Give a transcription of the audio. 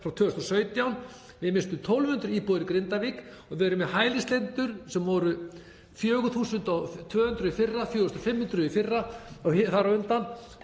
frá 2017. Við misstum 1.200 íbúðir í Grindavík og við erum með hælisleitendur sem voru 4.200 í fyrra, 4.500 þar á undan